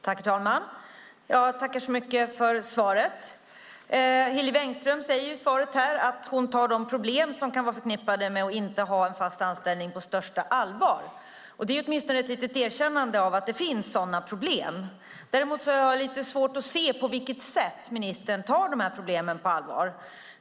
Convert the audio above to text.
Herr talman! Jag tackar så mycket för svaret. Hillevi Engström säger i svaret att hon tar de problem som kan vara förknippade med att inte ha en fast anställning på största allvar. Det är åtminstone ett litet erkännande av att det finns sådana problem. Däremot har jag lite svårt att se på vilket sätt ministern tar de här problemen på allvar.